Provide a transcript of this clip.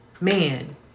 man